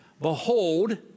behold